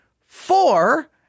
four